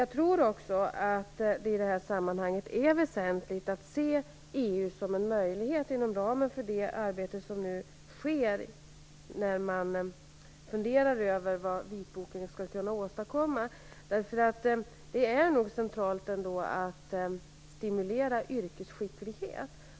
Jag tror också att det i det här sammanhanget är väsentligt att se EU som en möjlighet inom ramen för det arbete som nu bedrivs när man funderar över vad vitboken skulle kunna åstadkomma. Det är nog ändå centralt att stimulera yrkesskicklighet.